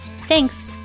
Thanks